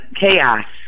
chaos